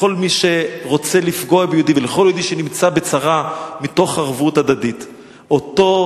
לכל יהודי שרוצים לפגוע בו ולכל יהודי שנמצא בצרה,